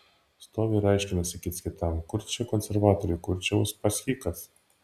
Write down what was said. stovi ir aiškinasi kits kitam kur čia konservatoriai kur čia uspaskichas